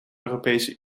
europese